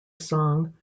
song